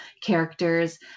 characters